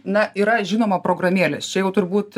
na yra žinoma programėlės čia jau turbūt